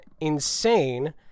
insane